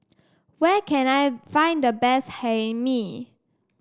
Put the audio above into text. where can I find the best Hae Mee